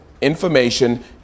information